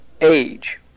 age